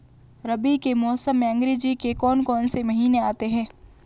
रबी के मौसम में अंग्रेज़ी के कौन कौनसे महीने आते हैं?